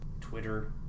Twitter